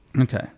Okay